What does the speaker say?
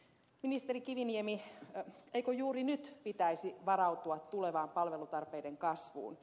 ministeri kiviniemi eikö juuri nyt pitäisi varautua tulevaan palvelutarpeiden kasvuun